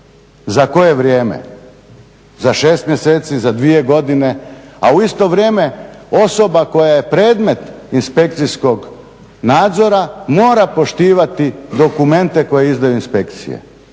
Za koje vrijeme, za 6 mjeseci, za 2 godine? A u isto vrijeme osoba koja je predmet inspekcijskog nadzora mora poštovati dokumente koje izdaju inspekcije.